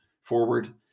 forward